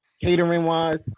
Catering-wise